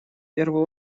первую